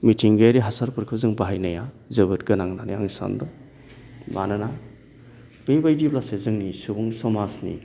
मिथिंगायारि हासारफोरखौ जों बाहायनाया जोबोद गोनां होननानै आं सानदों मानोना बेबायदिब्लासो जोंनि सुबुं समाजनि